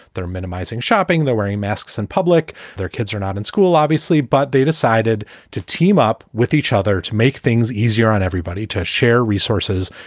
they're minimizing shopping. they're wearing masks and public. their kids are not in school, obviously, but they decided to team up with each other to make things easier on everybody to share resources,